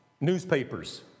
newspapers